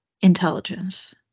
intelligence